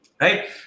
right